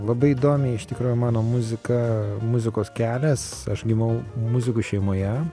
labai įdomiai iš tikro mano muzika muzikos kelias aš gimau muzikų šeimoje